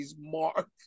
mark